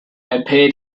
appeared